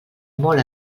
molt